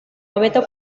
hobeto